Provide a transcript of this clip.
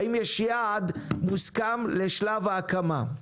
האם יש יעד מוסכם לשלב ההקמה?